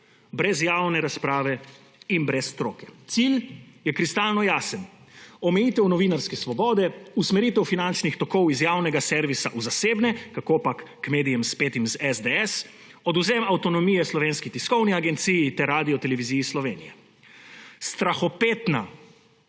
brez javne razprave in brez stroke. Cilj je kristalno jasen – omejitev novinarske svobode, usmeritev finančnih tokov iz javnega servisa v zasebne, kakopak k medijem, spetim s SDS, odvzem avtonomije Slovenski tiskovni agenciji ter Radioteleviziji Sloveniji. Strahopetna